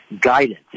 guidance